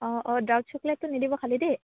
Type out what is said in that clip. অঁ অঁ ডাৰ্ক চকলেটটো নিদিব খালি দেই